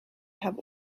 have